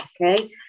okay